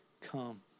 come